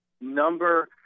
number